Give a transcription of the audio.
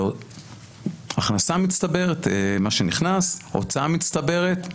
זה הכנסה מצטברת, מה שנכנס, הוצאה מצטברת,